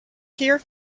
here